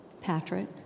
Patrick